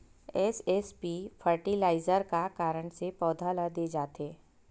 SSP fertiliser का कारण से पौधा ल दे जाथे?